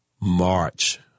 march